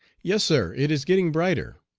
yes, sir, it is getting brighter.